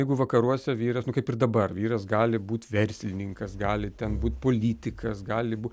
jeigu vakaruose vyras nu kaip ir dabar vyras gali būt verslininkas gali ten būt politikas gali bū